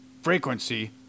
frequency